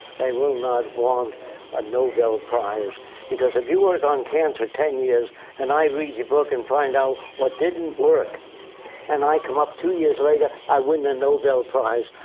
they will not want a nobel prize because if you work on cancer ten years and i read your book and find out what didn't work and i come up two years later, i win a nobel prize.